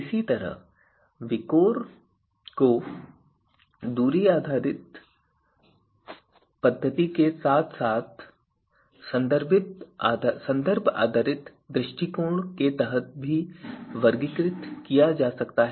इसी तरह VIKOR को दूरी आधारित पद्धति के साथ साथ संदर्भ आधारित दृष्टिकोण के तहत भी वर्गीकृत किया जा सकता है